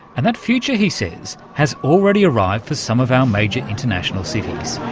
and that future, he says, has already arrived for some of our major international cities.